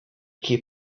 keep